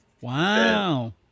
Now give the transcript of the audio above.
Wow